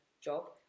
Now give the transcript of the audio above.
job